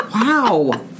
Wow